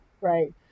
right